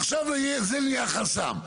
עכשיו זה נהיה חסם.